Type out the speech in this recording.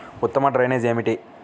ఉత్తమ డ్రైనేజ్ ఏమిటి?